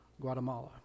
Guatemala